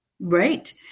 Right